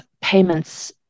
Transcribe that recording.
payments